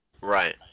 Right